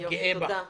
אני גאה בך.